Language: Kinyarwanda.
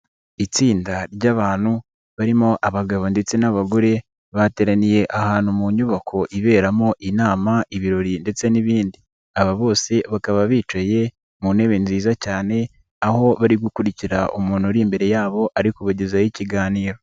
Itsinda ry'abantu barimo abagabo ndetse n'abagore bateraniye ahantu mu nyubako iberamo inama, ibirori ndetse n'ibindi, aba bose bakaba bicaye mu ntebe nziza cyane aho bari gukurikira umuntu uri imbere yabo ari kubagezaho ikiganiro.